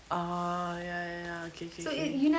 ah ya ya ya ookay K okay